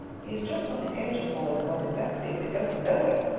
he is just on the edge of falling in love with betsy, but he doesn't know it.